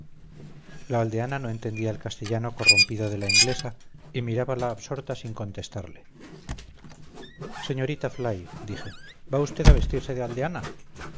aldeana no entendía el castellano corrompido de la inglesa y mirábala absorta sin contestarle señorita fly dije va usted a vestirse de aldeana